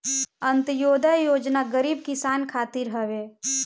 अन्त्योदय योजना गरीब किसान खातिर हवे